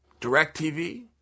DirecTV